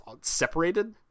separated